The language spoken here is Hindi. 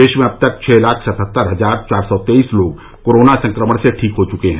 देश में अब तक छः लाख सतहत्तर हजार चार सौ तेईस लोग कोरोना संक्रमण से ठीक हो चुके हैं